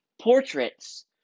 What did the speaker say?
portraits